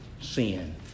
sin